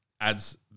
adds